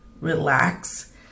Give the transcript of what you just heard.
relax